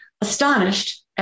Astonished